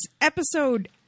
episode